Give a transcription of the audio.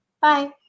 Bye